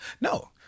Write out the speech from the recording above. No